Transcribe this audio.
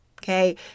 Okay